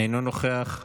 אינו נוכח,